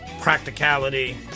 practicality